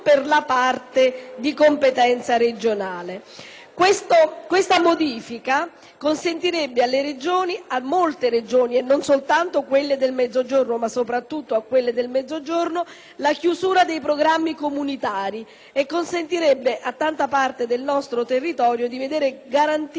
Questa modifica consentirebbe a molte Regioni - non soltanto a quelle del Mezzogiorno, ma in modo particolare a quelle - la chiusura dei programmi comunitari e consentirebbe a tanta parte del nostro territorio di vedere garantito il finanziamento dei progetti d'investimento e di sviluppo.